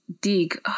dig